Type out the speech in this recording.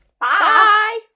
Bye